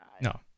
No